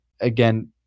again